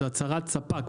זה הצהרת ספק.